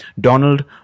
Donald